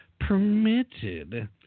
permitted